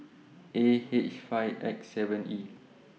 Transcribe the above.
A H five X seven E